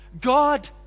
God